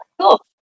Cool